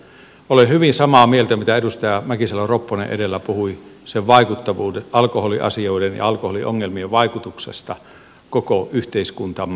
olen hyvin samaa mieltä kuin edustaja mäkisalo ropponen kun hän edellä puhui alkoholiasioiden ja alkoholiongelmien vaikutuksesta koko yhteiskuntamme hyvinvointiin